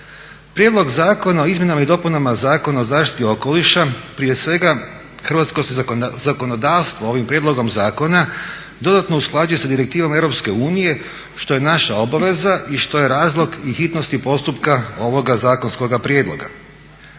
Prijedlog zakona o Izmjenama i dopunama Zakona o zaštiti okoliša, prije svega hrvatsko se zakonodavstvo ovim prijedlogom zakona dodatno usklađuje sa direktivama Europske unije što je naša obaveza i što je naša obaveza i što je razlog i hitnosti postupka ovoga zakonskoga prijedloga.